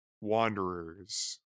Wanderers